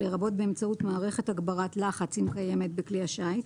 לרבות באמצעות מערכת הגברת לחץ אם קיימת בכלי השיט,